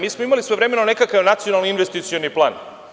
Mi smo imali svojevremeno nekakav Nacionalni investicioni plan.